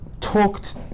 talked